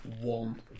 one